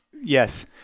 yes